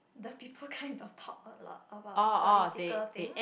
the people kind of talk a lot about political thing